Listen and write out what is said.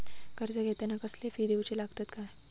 कर्ज घेताना कसले फी दिऊचे लागतत काय?